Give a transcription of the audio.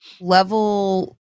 level